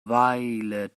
weile